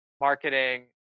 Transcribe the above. marketing